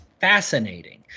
fascinating